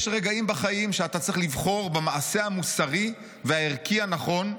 יש רגעים בחיים שאתה צריך לבחור במעשה המוסרי והערכי הנכון,